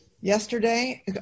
yesterday